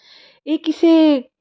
ਇਹ ਕਿਸੇ